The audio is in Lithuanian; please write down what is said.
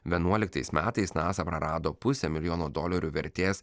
vienuoliktais metais nasa prarado pusę milijono dolerių vertės